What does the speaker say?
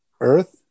earth